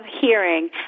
hearing